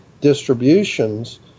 distributions